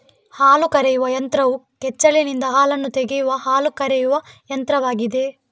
ಹಾಲು ಕರೆಯುವ ಯಂತ್ರವು ಕೆಚ್ಚಲಿನಿಂದ ಹಾಲನ್ನು ತೆಗೆಯುವ ಹಾಲು ಕರೆಯುವ ಯಂತ್ರವಾಗಿದೆ